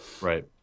Right